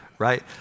right